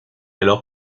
alors